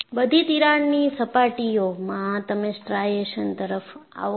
બધી તિરાડની સપાટીઓમાં તમે સ્ટ્રાઇશન્સ તરફ આવો છો